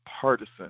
partisan